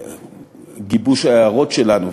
גיבוש ההערות שלנו,